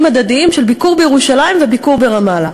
הדדיים של ביקור בירושלים וביקור ברמאללה.